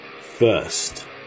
first